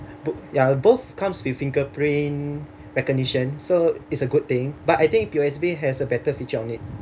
both ya both comes with fingerprint recognition so it's a good thing but I think P_O_S_B has a better feature on it